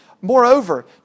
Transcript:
Moreover